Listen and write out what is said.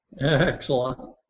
Excellent